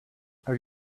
have